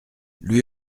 lui